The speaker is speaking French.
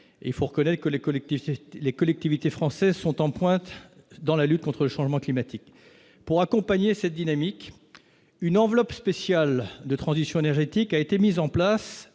les collectivités, les collectivités françaises sont en pointe dans la lutte contre le changement climatique pour accompagner cette dynamique, une enveloppe spéciale de transition énergétique a été mise en place,